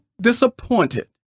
disappointed